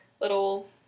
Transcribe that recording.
little